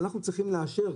אנחנו צריכים לאשר,